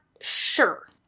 sure